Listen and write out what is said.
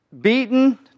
beaten